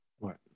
Right